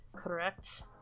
Correct